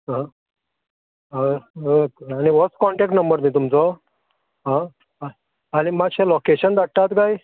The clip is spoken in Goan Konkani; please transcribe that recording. आनी वच कॉण्टॅक नंबर न्ही तुमचो आ आ आनी मात्श्या लॉकेशन धाडटात काय